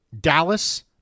Dallas